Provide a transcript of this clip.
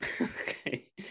okay